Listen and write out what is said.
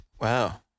Wow